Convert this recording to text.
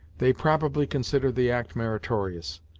they probably considered the act meritorious,